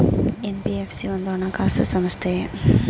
NBFC ಒಂದು ಹಣಕಾಸು ಸಂಸ್ಥೆಯೇ?